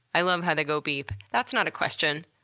i love how they go beep. that's not a question.